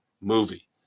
movie